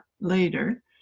later